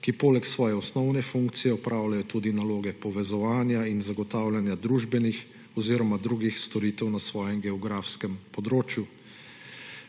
ki poleg svoje osnovne funkcije opravljajo tudi naloge povezovanja in zagotavljanja družbenih oziroma drugih storitev na svojem geografskem področju.